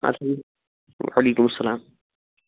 اچھ وعلیکُم اسلام